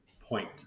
point